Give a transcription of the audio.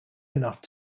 enough